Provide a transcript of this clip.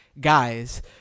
guys